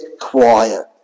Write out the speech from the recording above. quiet